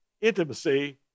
intimacy